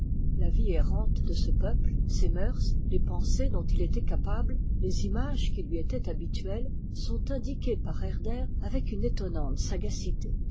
la vie errante de ce peuple ses mœurs les pensées dont il était capable les images qui lui étaient habituelles sont indiquées par herder avec une étonnante sagacité